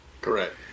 Correct